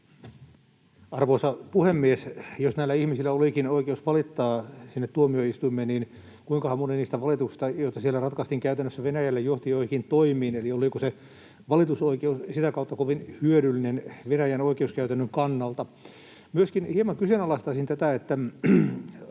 Arvoisa puhemies! Jos näillä ihmisillä olikin oikeus valittaa sinne tuomioistuimeen, niin kuinkahan moni niistä valituksista, joita siellä ratkaistiin, käytännössä Venäjällä johti joihinkin toimiin, eli oliko se valitusoikeus sitä kautta kovin hyödyllinen Venäjän oikeuskäytännön kannalta? Myöskin hieman kyseenalaistaisin tätä,